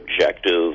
objective